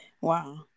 wow